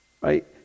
Right